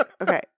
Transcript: Okay